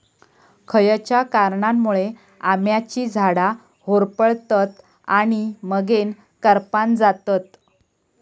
खयच्या कारणांमुळे आम्याची झाडा होरपळतत आणि मगेन करपान जातत?